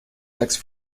text